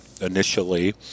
initially